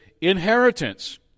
inheritance